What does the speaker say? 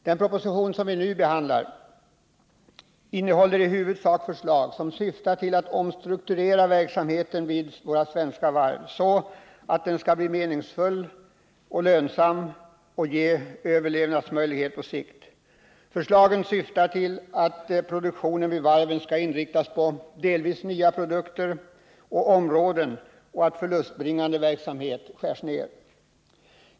Den proposition som vi nu behandlar innehåller i huvudsak förslag som syftar till att omstrukturera verksamheten vid våra svenska varv, så att denna kan bli meningsfull och lönsam och ge överlevnadsmöjligheter på sikt. Förslagen syftar till att produktionen vid varven skall inriktas på delvis nya produkter och områden samt på att förlustbringande verksamhet skärs ner.